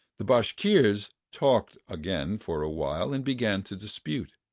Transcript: the bashkirs talked again for a while and began to dispute.